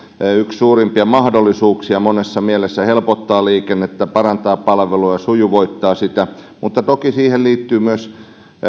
suurimpia mahdollisuuksia monessa mielessä ja helpottaa liikennettä parantaa palveluja sujuvoittaa sitä mutta toki siihen liittyy myös